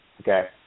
Okay